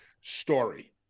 story